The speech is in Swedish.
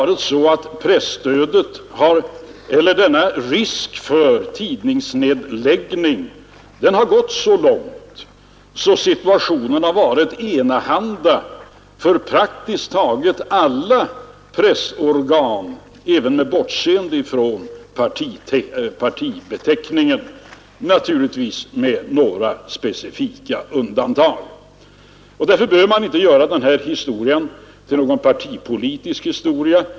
Risken för tidningsnedläggning har gått så långt att situationen varit enahanda för praktiskt taget alla pressorgan, även med bortseende från partibeteckningen — naturligtvis med några specifika undantag. Därför behöver man inte göra den här historien partipolitisk.